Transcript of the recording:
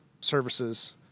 services